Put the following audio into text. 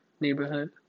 neighborhood